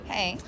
Hey